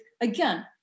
again